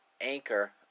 Anchor